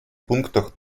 пунктах